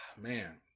man